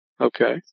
Okay